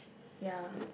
ya